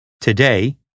Today